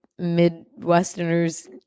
Midwesterners